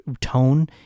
tone